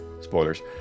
spoilers